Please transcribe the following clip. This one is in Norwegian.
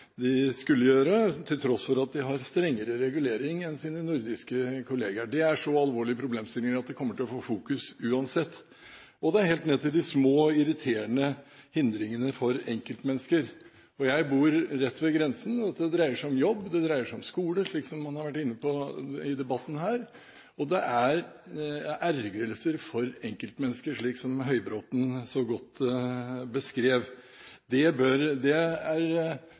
skulle gjøre, til tross for at de har strengere regulering enn sine nordiske kollegaer – det er så alvorlige problemstillinger at det kommer til å få fokus uansett – og helt ned til de små, irriterende hindrene for enkeltmennesker. Jeg bor selv rett ved grensen. Dette dreier seg om jobb, det dreier seg om skole, slik som man har vært inne på i debatten, og det dreier seg om ergrelser for enkeltmennesker, slik som Høybråten så godt beskrev det. Det er